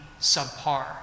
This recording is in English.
subpar